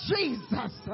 Jesus